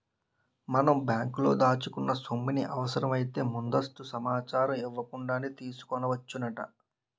మనం బ్యాంకులో దాచుకున్న సొమ్ముని అవసరమైతే ముందస్తు సమాచారం ఇవ్వకుండానే తీసుకోవచ్చునట